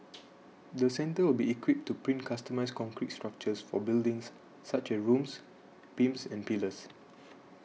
the centre will be equipped to print customised concrete structures for buildings such as rooms beams and pillars